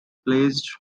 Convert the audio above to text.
placed